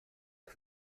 for